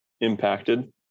impacted